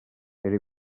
era